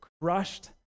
crushed